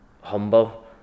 humble